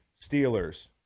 Steelers